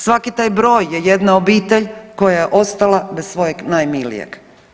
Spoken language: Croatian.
Svaki taj broj je jedna obitelj koja je ostala bez svojeg najmilijeg.